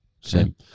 sim